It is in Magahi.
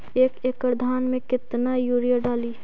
एक एकड़ धान मे कतना यूरिया डाली?